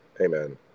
Amen